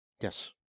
Yes